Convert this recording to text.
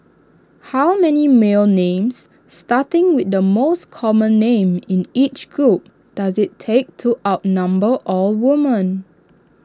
how many male names starting with the most common names in each group does IT take to outnumber all women